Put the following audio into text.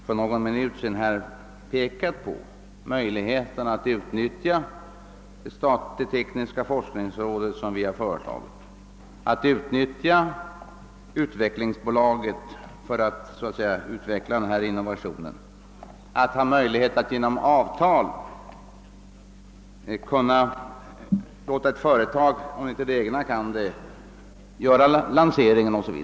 För någon minut sedan påpekade jag möjligheten för sådana föreiag att erhålla medel från det tekniska forskningsråd som vi har föreslagit, att utnyttja utvecklingsbolaget för att utveckla innovationer och att genom avtal låta ett annat företag överta och sköta lanseringen om inte det egna bolaget kan göra det.